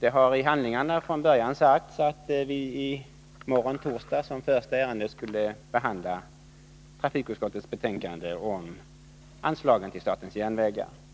Det har i handlingarna från början sagts att vi i morgon, torsdag, som första ärende skulle behandla trafikutskottets betänkande om anslagen till statens järnvägar.